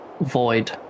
void